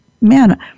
man